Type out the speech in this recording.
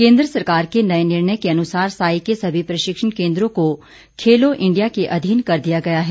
केन्द्र सरकार के नए निर्णय के अनुसार साई के सभी प्रशिक्षण केन्द्रों को खेलो इंडिया के अधीन कर दिया गया है